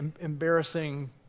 embarrassing